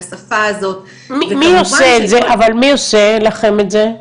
לשפה הזאת וכמובן --- מי עושה לכם את זה?